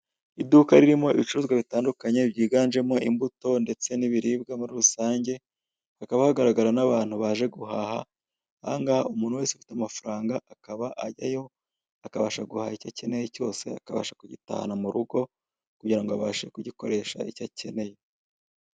Iduka ririmo ibicuruzwa bitandukanye byiganjemo imbuto ndetse n'ibiribwa muri rusange, hakaba hagaragara n'abantu baje guhaha, ahangahe umuntu wese ufite amafaranga akaba ajyayo, akabasha guha icyo akeneye cyose, akabasha kugitahana mu rugo, kugirango abashe kugikoresha icyo akeneye.